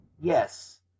Yes